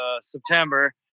September